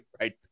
right